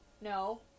No